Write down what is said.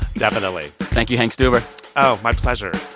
definitely thank you, hank stuever oh, my pleasure